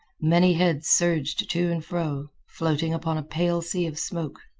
many heads surged to and fro, floating upon a pale sea of smoke.